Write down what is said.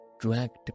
dragged